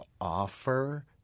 offer